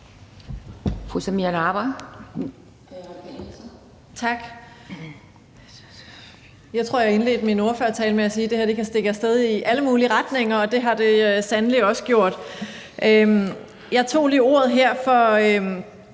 Jeg tror, jeg indledte min ordførertale med at sige, at det her kan stikke af sted i alle mulige retninger, og det har det sandelig også gjort. Jeg tog lige ordet her for